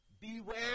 Beware